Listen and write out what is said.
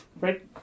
Right